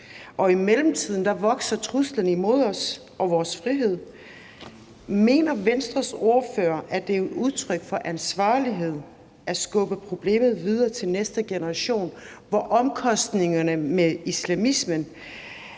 I mellemtiden vokser truslen imod os og vores frihed. Mener Venstres ordfører, at det er udtryk for ansvarlighed at skubbe problemet videre til næste generation, hvor omkostningerne for at